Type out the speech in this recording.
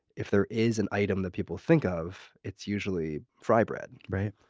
if there is an item that people think of, it's usually fry bread, right?